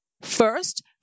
first